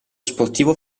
sportivo